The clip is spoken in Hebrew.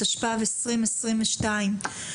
התשפ"ב-2022.